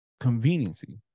Conveniency